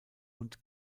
und